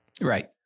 Right